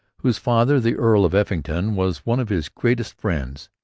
whose father, the earl of effingham, was one of his greatest friends.